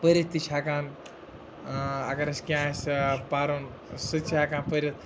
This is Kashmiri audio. پٔرِتھ تہِ چھِ ہیٚکان اگر اَسہِ کینٛہہ آسہِ پَرُن سُہ تہِ چھِ ہیٚکان پٔرِتھ